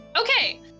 okay